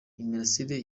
imirasire